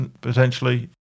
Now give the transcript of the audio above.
potentially